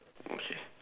no sheep